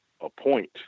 appoint